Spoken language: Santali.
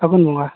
ᱯᱷᱟᱹᱜᱩᱱ ᱵᱚᱸᱜᱟ